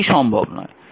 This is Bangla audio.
সেটি সম্ভব নয়